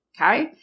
Okay